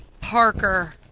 Parker